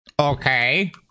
Okay